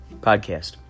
podcast